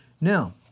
Now